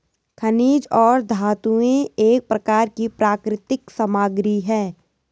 खनिज और धातुएं एक प्रकार की प्राकृतिक सामग्री हैं